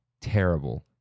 terrible